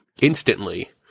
instantly